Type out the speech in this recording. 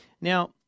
Now